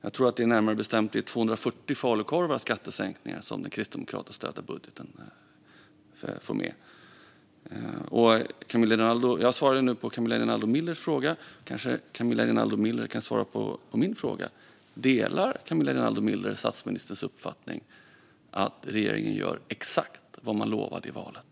Jag tror att det närmare bestämt är 240 falukorvar i skattesänkningar som den kristdemokratiskt stödda budgeten får med. Jag har svarat på Camilla Rinaldo Millers fråga. Nu kanske hon kan svara på min fråga. Delar Camilla Rinaldo Miller statsministerns uppfattning att regeringen gör exakt vad man lovade inför valet?